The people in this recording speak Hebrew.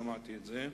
לשמוע איזה משפט,